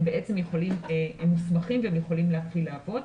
הם בעצם מוסמכים והם יכולים להתחיל לעבוד.